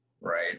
Right